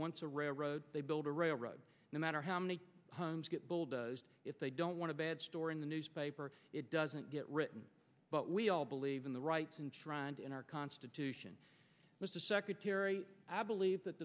wants a railroad they build a railroad no matter how many homes get bulldozed if they don't want to bad store in the newspaper it doesn't get written but we all believe in the rights and try and in our constitution mr secretary i believe that